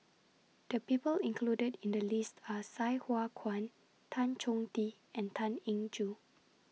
The People included in The list Are Sai Hua Kuan Tan Chong Tee and Tan Eng Joo